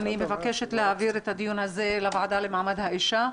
אני מבקשת להעביר את הדיון בנושא הזה לוועדה לקידום מעמד האישה.